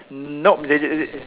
nope they they